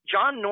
John